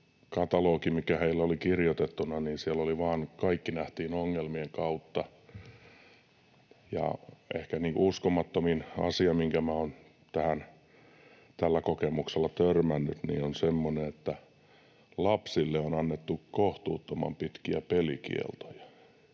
katalogissa, mikä heillä oli kirjoitettuna, kaikki nähtiin vain ongelmien kautta. Ja ehkä uskomattomin asia, mihinkä minä olen tällä kokemuksella törmännyt, on semmoinen, että lapsille on annettu kohtuuttoman pitkiä pelikieltoja,